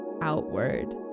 outward